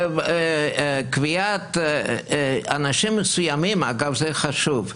קביעת אנשים מסוימים, אגב, זה חשוב.